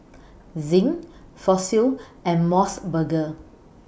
Zinc Fossil and Mos Burger